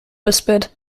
whispered